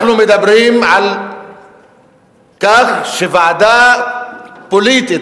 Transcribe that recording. אנחנו מדברים על כך שוועדה פוליטית,